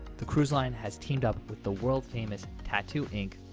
the cruise line has teamed up with the world-famous tattoo ink,